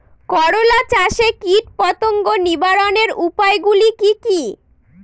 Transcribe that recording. করলা চাষে কীটপতঙ্গ নিবারণের উপায়গুলি কি কী?